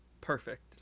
perfect